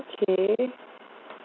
okay